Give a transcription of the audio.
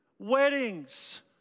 Weddings